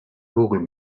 google